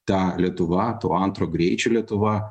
ta lietuva to antro greičio lietuva